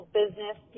business